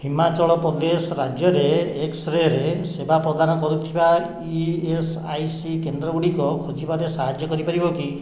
ହିମାଚଳପ୍ରଦେଶ ରାଜ୍ୟରେ ଏକ୍ସ୍ରେରେ ସେବା ପ୍ରଦାନ କରୁଥିବା ଇଏସ୍ଆଇସି କେନ୍ଦ୍ରଗୁଡ଼ିକ ଖୋଜିବାରେ ସାହାଯ୍ୟ କରିପାରିବ କି